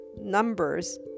numbers